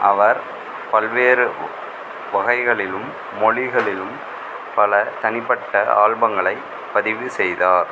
அவர் பல்வேறு வகைகளிலும் மொழிகளிலும் பல தனிப்பட்ட ஆல்பங்களை பதிவு செய்தார்